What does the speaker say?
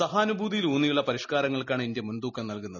സഹാനുഭൂതിയിൽ ഉൌന്നിയുള്ള പരിഷ്കാരങ്ങൾക്കാണ് ഇന്ത്യ മുൻതൂക്കം നൽകുന്നത്